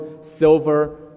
silver